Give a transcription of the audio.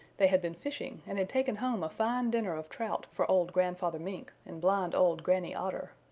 they had been fishing and had taken home a fine dinner of trout for old grandfather mink and blind old granny otter.